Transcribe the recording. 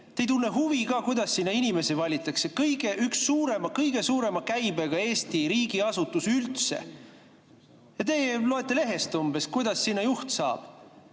Te ei tunne huvi ka, kuidas sinna inimesi valitakse. See on üks kõige suurema käibega Eesti riigiasutus üldse. Te loete lehest umbes, kuidas sinna juht saab.